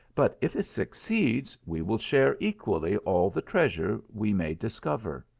but if it suc ceeds we will share equally all the treasure we may discover.